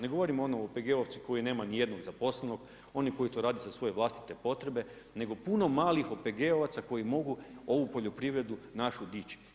Ne govorim o onom OPG-ovcu koji nema niti jednog zaposlenog, oni koji to rade za svoje vlastite potrebe, nego puno malih OPG-ovaca koji mogu ovu poljoprivredu našu dići.